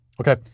Okay